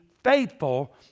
faithful